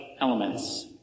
elements